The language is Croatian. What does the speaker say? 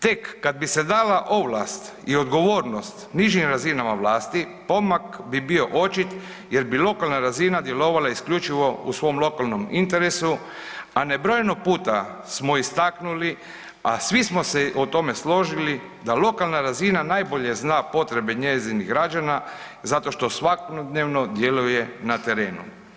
Tek kada bi se dala ovlast i odgovornost nižim razinama vlasti, pomak bi bio očit jer bi lokalna razina djelovala isključivo u svom lokalnom interesu, a nebrojno puta smo istaknuli, a svi smo se o tome složili, da lokalna razina najbolje zna potrebe njezinih građana zato što svakodnevno djeluje na terenu.